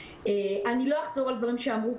אני לא אחזור על דברים שאמרו,